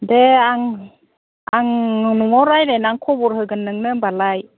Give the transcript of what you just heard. दे आं न'आव रायज्लायनानै खबर होगोन नोंनो होनबालाय